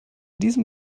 diesem